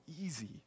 easy